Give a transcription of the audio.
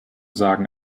sagen